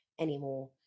anymore